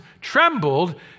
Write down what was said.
trembled